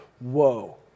Whoa